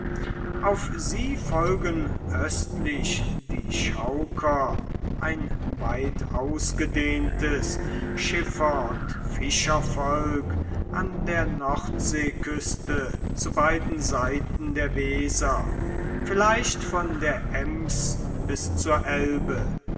auf sie folgen östlich die chauker ein weitausgedehntes schiffer und fischervolk an der nordseeküste zu beiden seiten der weser vielleicht von der ems bis zur elbe